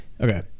okay